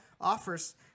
offers